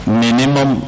minimum